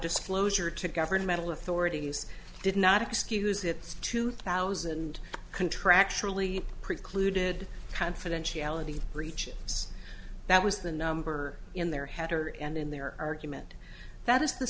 disclosure to governmental authorities did not excuse that two thousand and contractually precluded confidentiality breach us that was the number in their header and in their argument that is the